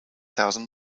thousand